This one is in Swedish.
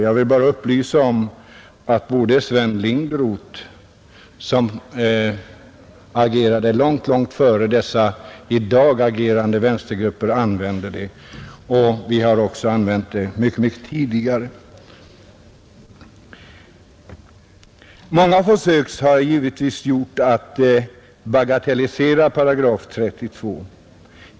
Jag vill bara upplysa om att Sven Linderot, som agerade långt, långt före dessa i dag agerande vänstergrupper, använde det, och vi har också använt det mycket tidigare. Många försök har givetvis gjorts att bagatellisera 8 32.